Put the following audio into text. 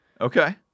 Okay